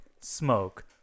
Smoke